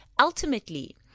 ultimately